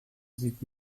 sieht